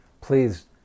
please